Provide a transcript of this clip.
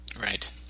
Right